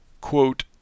Quote